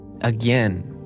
again